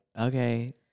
okay